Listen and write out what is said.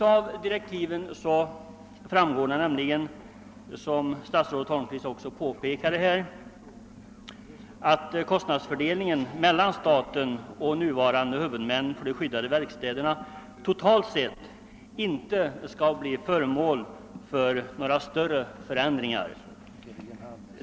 Av direktiven framgår nämligen — som statsrådet Holmqvist också påpekade — att kostnadsfördelningen mellan staten och nuvarande huvudmän för de skyddade verkstäderna totalt sett inte skall bli föremål för några större förändringar.